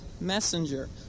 messenger